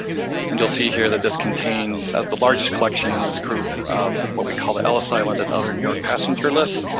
and you'll see here that this contains as the largest collection in this group of what we call the ellis island and other new york passenger list,